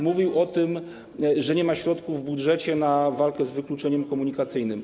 Mówił o tym, że nie ma środków w budżecie na walkę z wykluczeniem komunikacyjnym.